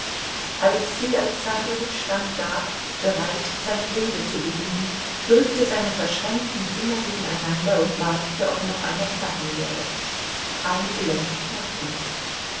alexei alexandrowitsch stand da bereit seine rede zu beginnen drückte seine verschränkten finger gegeneinander und wartete ob noch einer knacken werde ein gelenk knackte noch